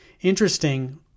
interesting